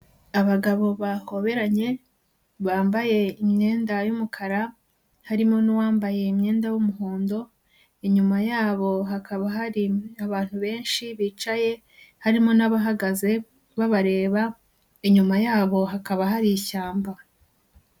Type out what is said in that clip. Abagabo bahoberanye bambaye imyenda y'umukara, harimo n'uwambaye imyenda y'umuhondo, inyuma yabo hakaba hari abantu benshi bicaye harimo n'abahagaze babareba, inyuma yabo hakaba hari ishyamba.